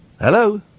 Hello